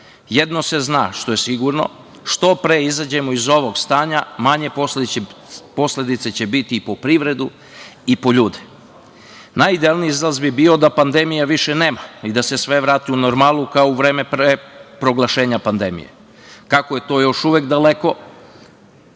Jedno se zna, što je sigurno, što pre izađemo iz ovog stanja, manje posledice će biti po privredu i po ljude. Najidealniji izlaz bi bio da pandemije više nema i da se sve vrati u normalu kao u vreme pre proglašenja pandemije. Kako je to još uvek daleko,